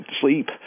sleep